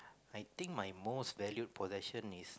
I think my most valued possession is